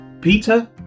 Peter